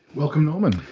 welcome norman.